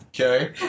Okay